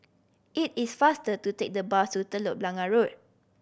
it is faster to take the bus to Telok Blangah Road